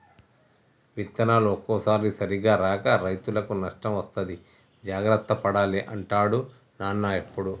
విత్తనాలు ఒక్కోసారి సరిగా రాక రైతుకు నష్టం వస్తది జాగ్రత్త పడాలి అంటాడు నాన్న ఎప్పుడు